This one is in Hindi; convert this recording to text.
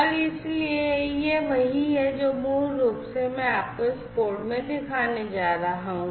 और इसलिए यह वही है जो मूल रूप से मैं आपको इस कोड में दिखाने जा रहा हूं